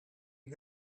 you